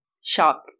shock